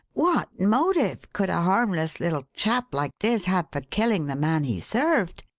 what motive could a harmless little chap like this have for killing the man he served?